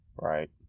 right